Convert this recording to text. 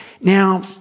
Now